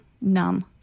numb